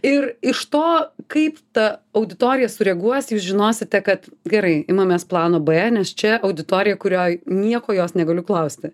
ir iš to kaip ta auditorija sureaguos jūs žinosite kad gerai imamės plano b nes čia auditorija kurioj nieko jos negaliu klausti